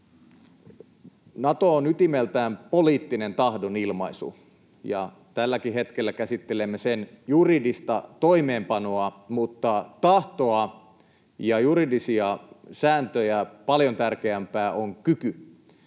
Nato on ytimeltään poliittinen tahdonilmaisu, ja tälläkin hetkellä käsittelemme sen juridista toimeenpanoa, mutta tahtoa ja juridisia sääntöjä paljon tärkeämpää on kyky.